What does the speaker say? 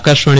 Akashvani